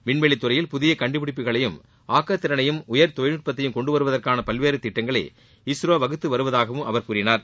விண்வெளித்துறையில் புதிய கண்டுபிடிப்புகளையும் ஆக்கத்திறனையும் உயர் தொழில்நுட்பத்தையும் கொண்டு வருவதற்கான பல்வேறு திட்டங்களை இஸ்ரோ வகுத்து வருவதாகவும் அவர் கூறினார்